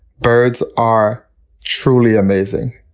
birds are truly amazing.